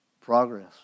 Progress